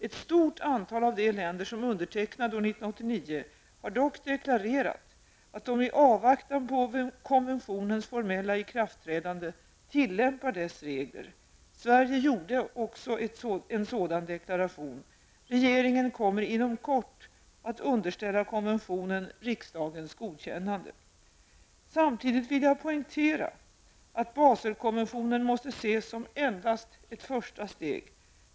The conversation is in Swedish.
Ett stort antal av de länder som undertecknade konventionen år 1989 har dock deklarerat att de i avvaktan på det formella ikraftträdande tillämpar dess regler. Sverige gjorde också en sådan deklaration. Regeringen kommer inom kort att underställa konventionen riksdagens godkännande. Samtidigt vill jag poängtera att Baselkonventionen endast måste ses som ett första steg.